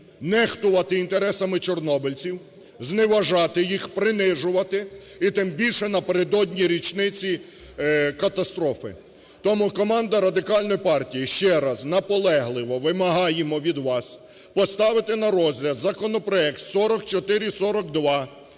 нехтувати інтересами чорнобильців, зневажати їх, принижувати, і тим більше на передодні річниці катастрофи. Тому команда Радикальної партії ще раз наполегливо вимагаємо від вас поставити на розгляд законопроект 4442,